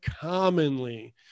commonly